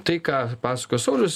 tai ką pasakojo saulius